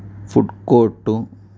food court